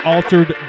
Altered